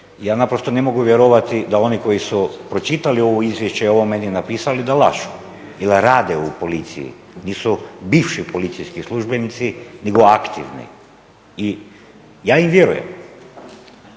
Ja naprosto ne mogu vjerovati da oni koji su pročitali ovo izvješće i ovo meni napisali da lažu jer rade u policiji, nisu bivši policijski službenici nego aktivni. I ja im vjerujem.